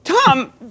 Tom